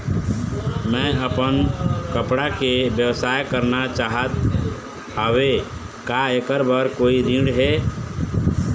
मैं अपन कपड़ा के व्यवसाय करना चाहत हावे का ऐकर बर कोई ऋण हे?